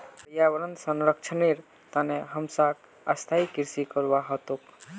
पर्यावन संरक्षनेर तने हमसाक स्थायी कृषि करवा ह तोक